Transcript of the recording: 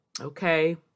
Okay